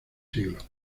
siglos